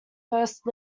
first